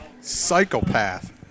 Psychopath